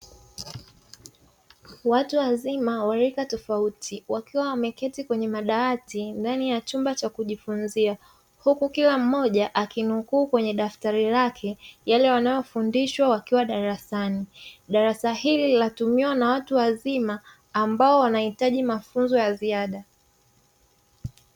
Watu wazima wa rika tofauti, wakiwa wameketi kwenye madawati ndani ya chumba cha kujifunzia. Huku kila mmoja akinukuu kwenye daftari lake yale wanayofundishwa wakiwa darasani. Darasa hili linatumiwa na watu wazima ambao wanahitaji mafunzo ya ziada.